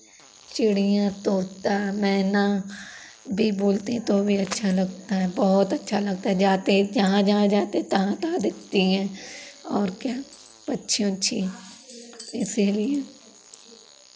चिड़ियाँ तोता मैना भी बोलती हैं तो भी अच्छा लगता है बहुत अच्छा लगता है जाते जहाँ जहाँ जाते हैं तहाँ तहाँ दिखती हैं और क्या पक्षी ओक्षी इसीलिए